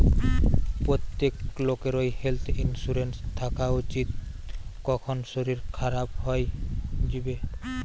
প্রত্যেক লোকেরই health insurance থাকা উচিত, কখন শরীর খারাপ হই যিবে